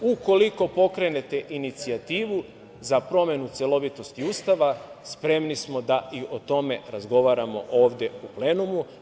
Ukoliko pokrenete inicijativu za promenu celovitosti Ustava, spremni smo da i o tome razgovaramo ovde u plenumu.